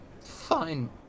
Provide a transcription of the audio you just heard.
fine